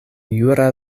jura